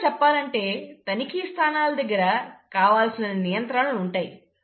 సులువుగా చెప్పాలంటే తనిఖీ స్థానాల దగ్గర కావలసినన్ని నియంత్రణలు ఉంటాయి